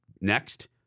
Next